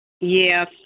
yes